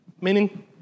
meaning